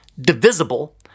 divisible